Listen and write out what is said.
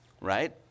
right